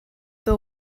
this